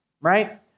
right